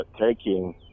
taking